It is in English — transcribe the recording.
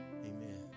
amen